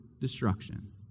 destruction